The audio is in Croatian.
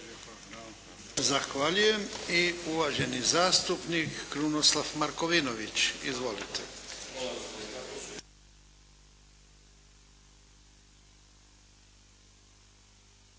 Zahvaljujem. Uvaženi zastupnik Krunoslav Markovinović. Izvolite.